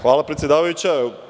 Hvala, predsedavajuća.